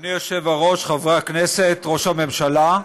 אדוני היושב-ראש, חברי הכנסת, ראש הממשלה,